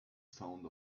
sound